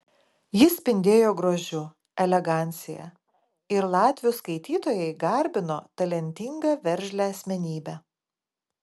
ji spindėjo grožiu elegancija ir latvių skaitytojai garbino talentingą veržlią asmenybę